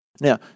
Now